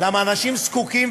כי אנשים זקוקים,